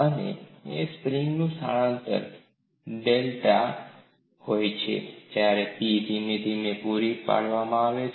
અને એ સ્પ્રિંગ નું સ્થાનાંતર ડેલ્ટા હોય છે જ્યારે P ધીમે ધીમે પૂરી પાડવામાં આવે છે